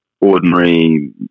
ordinary